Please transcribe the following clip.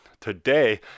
Today